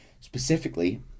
Specifically